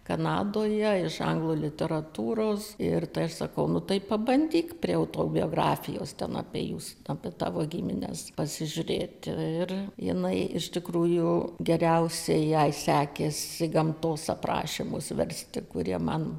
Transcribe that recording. kanadoje iš anglų literatūros ir tai aš sakau nu tai pabandyk prie autobiografijos ten apie jus apie tavo gimines pasižiūrėti ir jinai iš tikrųjų geriausiai jai sekėsi gamtos aprašymus versti kurie man